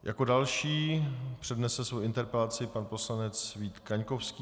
Jako další přednese svou interpelaci pan poslanec Vít Kaňkovský.